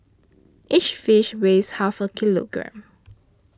each fish weighs half a kilogram